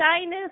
shyness